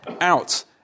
out